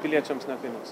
piliečiams nekainuos